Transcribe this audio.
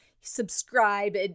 subscribe